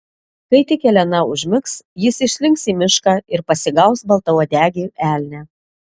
kai tik elena užmigs jis išslinks į mišką ir pasigaus baltauodegį elnią